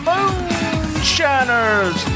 Moonshiners